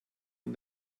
von